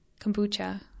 kombucha